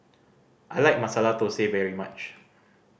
I like Masala Thosai very much